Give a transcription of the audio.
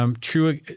True